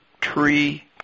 Tree